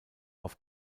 auf